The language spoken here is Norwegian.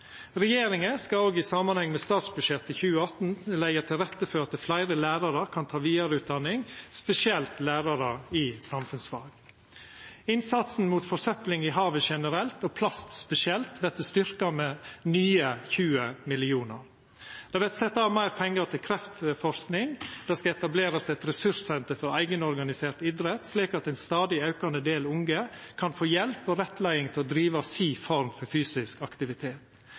Regjeringa skal òg i samanheng med statsbudsjettet for 2018 leggja til rette for at fleire lærarar kan ta vidareutdanning, spesielt lærarar i samfunnsfag. Innsatsen mot forsøpling i havet generelt, og plast spesielt, vert styrkt med nye 20 mill. kr. Det vert sett av meir pengar til kreftforsking. Og det skal etablerast eit ressurssenter for eigenorganisert idrett, slik at ein stadig aukande del av dei unge kan få hjelp og rettleiing til å driva si form for fysisk aktivitet.